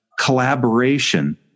collaboration